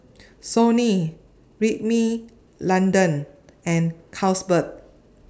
Sony Rimmel London and Carlsberg